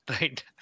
Right